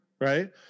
right